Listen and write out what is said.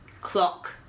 clock